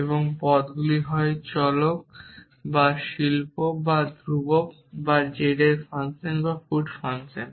এবং পদগুলি হয় চলক বা শিল্প বা ধ্রুবক বা z এর ফাংশন ফুট ফাংশন